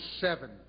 seven